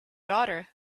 daughter